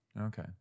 Okay